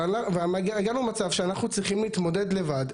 הגענו למצב שאנחנו צריכים להתמודד לבד.